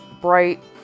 bright